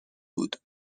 بود